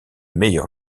meilleurs